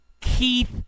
Keith